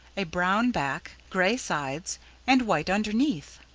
a brown back, gray sides and white underneath.